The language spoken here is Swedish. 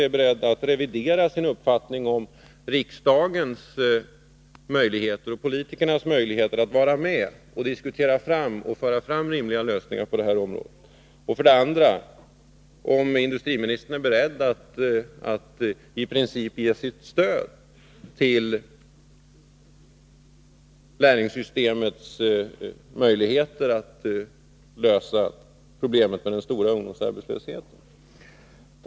är beredd att revidera sin uppfattning om riksdagens och politikernas möjligheter att vara med och diskutera fram rimliga lösningar på det här området, för det andra är beredd att i princip ge sitt stöd till lärlingsutbildningssystemets möjligheter att lösa problemet med den stora ungdomsarbetslösheten.